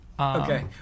Okay